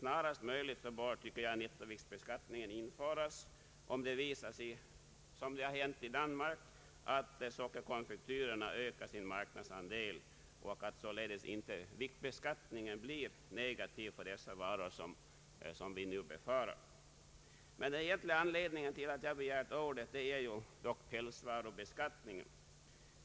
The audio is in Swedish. Snarast möjligt bör dock nettoviktbeskattningen införas, om det visar sig liksom i Danmark att sockerkonfektyrerna ökar sin marknadsandel och att således viktbeskattningen inte verkar negativt för dessa varor, vilket vi nu befarar. Den egentliga anledningen till att jag begärt ordet är emellertid pälsvarubeskattningen.